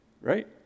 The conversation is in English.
right